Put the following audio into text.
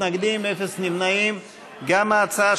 ההצעה